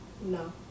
No